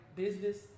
business